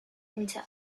into